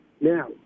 Now